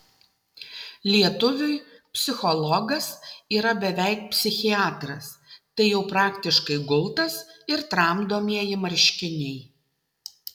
lietuviui psichologas yra beveik psichiatras tai jau praktiškai gultas ir tramdomieji marškiniai